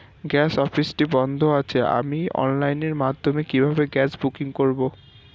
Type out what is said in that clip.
Gas অফিসটি বন্ধ আছে আমি অনলাইনের মাধ্যমে কিভাবে গ্যাস বুকিং করব?